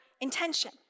intention